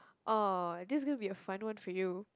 orh this gonna be a fun one for you